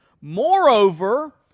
Moreover